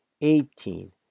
eighteen